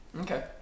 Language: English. Okay